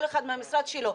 כל אחד מהמשרד שלו,